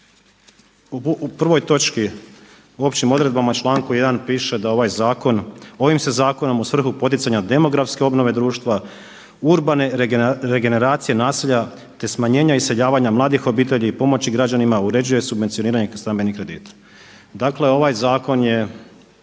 u prvoj točki u općim odredbama članku 1. piše da ovaj zakon, „ovim se zakonom u svrhu poticanja demografske obnove društva, urbane regeneracije naselja, te smanjenja iseljavanja mladih obitelji i pomoći građanima uređuje subvencioniranje stambenih kredita“